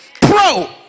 pro